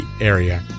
area